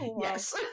yes